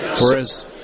Whereas